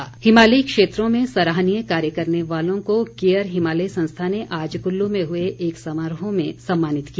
सम्मान हिमालयी क्षेत्रों में सराहनीय कार्य करने वाले लोगों को केयर हिमालय संस्था ने आज कुल्लू में हए एक समारोह में सम्मानित किया